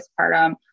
postpartum